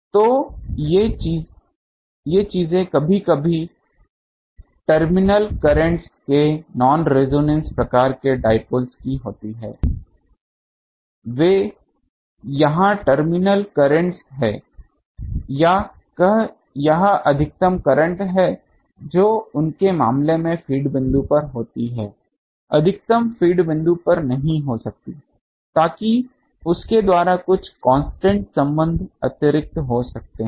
तो ये चीजें केवल कभी कभी टर्मिनल कर्रेंटस के नॉन रेजोनेंस प्रकार के डाईपोल्स की होती हैं जो कि वे यहां टर्मिनल कर्रेंटस हैं या यह अधिकतम करंट है जो उनके मामले में फ़ीड बिंदु पर होती है अधिकतम फ़ीड बिंदु पर नहीं हो सकता है ताकि उसके द्वारा कुछ कांस्टेंट संबंध अतिरिक्त हो सकते हैं